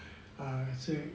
ah is